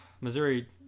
Missouri